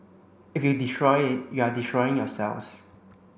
if you destroy it you are destroying yourselves